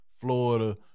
florida